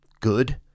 Good